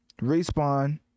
respawn